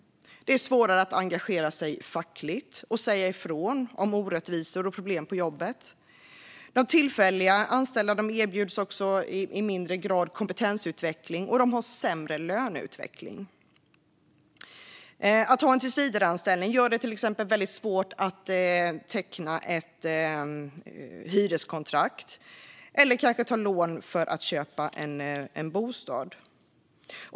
Det är svårare att engagera sig fackligt och säga ifrån om orättvisor och problem på jobbet. Tillfälligt anställda erbjuds också i lägre grad kompetensutveckling och har sämre löneutveckling. Att inte ha en tillsvidareanställning gör det svårt att teckna ett hyreskontrakt eller att ta lån för att köpa en bostad.